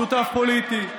כשזה נוח, הוא שותף פוליטי,